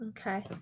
Okay